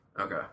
Okay